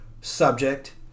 subject